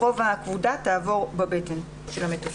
בנתב"ג יש מרפאה שעובדת כל הזמן.